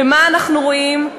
ומה אנחנו רואים?